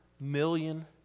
million